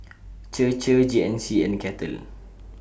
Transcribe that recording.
Chir Chir G N C and Kettle